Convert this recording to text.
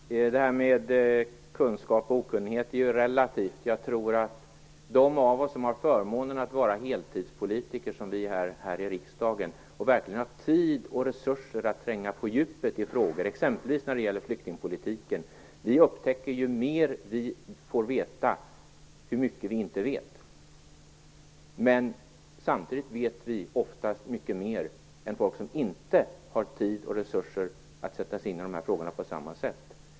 Herr talman! Sten Andersson talar om kunskap och okunnighet. Det är förstås någonting relativt. Jag tror att de av oss som har förmånen att vara heltidspolitiker, som vi här i riksdagen är, och verkligen har tid och resurser att tränga på djupet i olika frågor, t.ex. flyktingpolitiken, upptäcker hur mycket vi inte vet ju mer vi får veta. Samtidigt vet vi oftast mycket mer än folk som inte har tid och resurser att sätta sig in i frågorna på samma sätt.